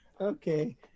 Okay